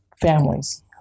families